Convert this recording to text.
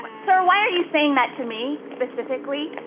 but sir, why are you saying that to me specifically?